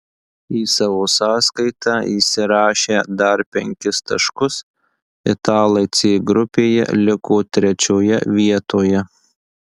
į savo sąskaitą įsirašę dar penkis taškus italai c grupėje liko trečioje vietoje